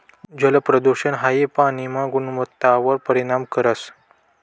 जलप्रदूषण हाई पाणीना गुणवत्तावर परिणाम करस